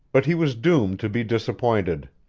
but he was doomed to be disappointed.